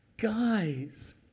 Guys